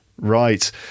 Right